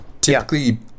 Typically